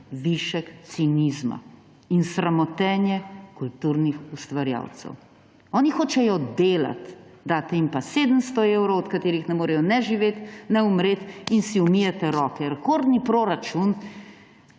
višek cinizma in sramotenje kulturnih ustvarjalcev. Oni hočejo delati, date jim pa 700 evrov, od katerih ne morejo ne živeti ne umreti, in si umijete roke, rekordni proračun